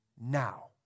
now